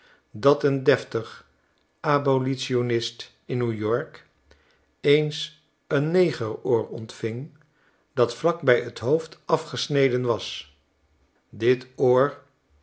dat een deftig abolitionist in n e w-y o r k eens een negeroor ontving dat vlak bij t hoofd afgesneden was dit oor